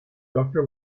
doctor